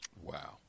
wow